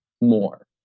more